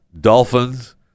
dolphins